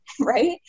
right